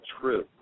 true